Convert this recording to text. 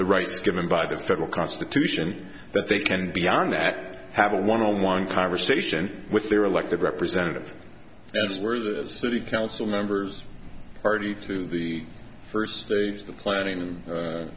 the rights given by the federal constitution that they can beyond that have a one on one conversation with their elected representative and that's where the city council members party to the first of the planning and